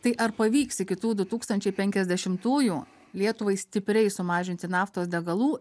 tai ar pavyks iki tų du tūkstančiai penkiasdešimtųjų lietuvai stipriai sumažinti naftos degalų